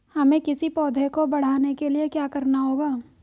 हमें किसी पौधे को बढ़ाने के लिये क्या करना होगा?